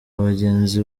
bagenzi